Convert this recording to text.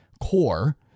core